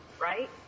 right